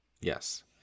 Yes